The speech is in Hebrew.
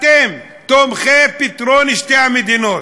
אתם, תומכי פתרון שתי המדינות,